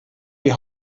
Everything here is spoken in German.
die